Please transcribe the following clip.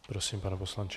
Prosím, pane poslanče.